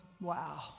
wow